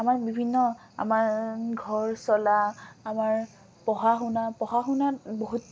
আমাৰ বিভিন্ন আমাৰ ঘৰ চলা আমাৰ পঢ়া শুনা পঢ়া শুনাত বহুত